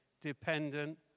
dependent